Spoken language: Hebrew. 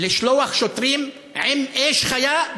לשלוח שוטרים עם אש חיה,